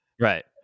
Right